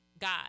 God